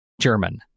German